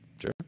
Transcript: Sure